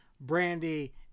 Brandy